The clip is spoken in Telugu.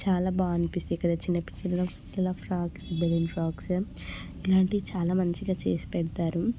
చాలా బాగా అనిపిస్తుంది ఇక్కడ చిన్నపిల్లల ఫ్రాక్స్ బెలూన్ ఫ్రాక్స్ ఇలాంటివి చాలా మంచిగా చేసి పెడతారు